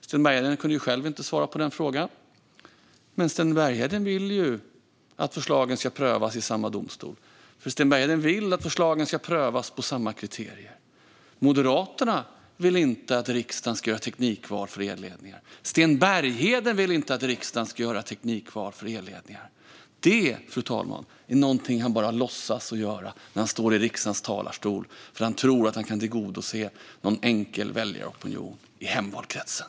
Sten Bergheden kunde själv inte svara på den frågan. Han vill dock att förslagen ska prövas i samma domstol eftersom han vill att de ska prövas utifrån samma kriterier. Moderaterna vill inte att riksdagen ska göra teknikval för elledningar, och inte heller Sten Bergheden vill att riksdagen ska göra teknikval för elledningar. Detta är något som han bara låtsas vilja, fru talman, när han står i riksdagens talarstol och tror sig enkelt kunna möta kraven från väljaropinionen i hemvalkretsen.